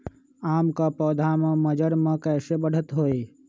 आम क पौधा म मजर म कैसे बढ़त होई?